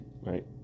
right